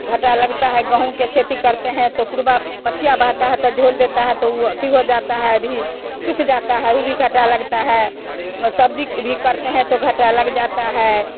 घाटा लगता है गेहूँ की खेती करते हैं तो पुरवा पछिया बहता है तो झूल देता हैतो उ आती हो जाता है अभी सूख जाता है वो भी घाटा लगता है सब्जी भी करते हैं तो घाटा लग जाता है